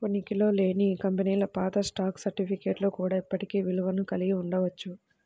ఉనికిలో లేని కంపెనీల పాత స్టాక్ సర్టిఫికేట్లు కూడా ఇప్పటికీ విలువను కలిగి ఉండవచ్చు